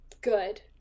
good